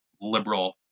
liberal